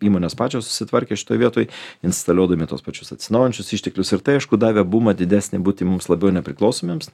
įmonės pačios susitvarkė šitoj vietoj instaliuodami tuos pačius atsinaujinančius išteklius ir tai aišku davė bumą didesnį būti mums labiau nepriklausomiems